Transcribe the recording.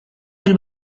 del